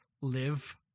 live